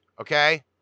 Okay